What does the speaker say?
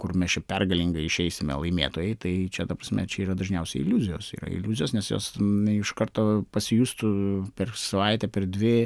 kur mes čia pergalingai išeisime laimėtojai tai čia ta prasme čia yra dažniausiai iliuzijos yra iliuzijos nes jos iš karto pasijustų per savaitę per dvi